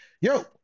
yo